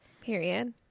period